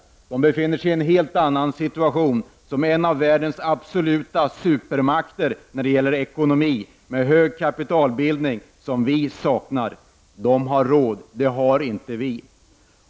Västtyskland befinner sig i en helt annan situation, såsom en av världens absoluta supermakter när det gäller ekonomi och med hög kapitalbildning — något som vi saknar. Västtyskland har råd, men det har inte vi.